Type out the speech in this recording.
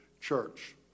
Church